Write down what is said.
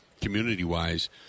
community-wise